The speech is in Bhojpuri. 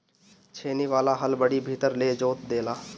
छेनी वाला हल बड़ी भीतर ले जोत देला